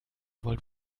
wollt